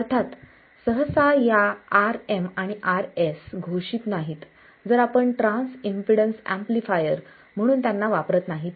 अर्थात सहसा या Rm आणि Rs घोषीत नाहीत जर आपण ट्रान्स इम्पेडन्स एम्पलीफायर म्हणून त्यांना वापरत नाहीत तर